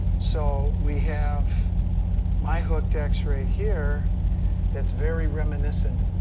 so we have my hooked x right here that's very reminiscent.